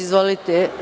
Izvolite.